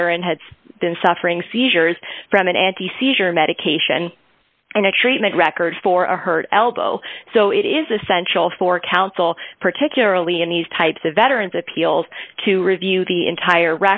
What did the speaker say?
veteran had been suffering seizures from an anti seizure medication and a treatment record for a hurt elbow so it is essential for counsel particularly in these types of veterans appeals to review the entire